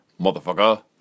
motherfucker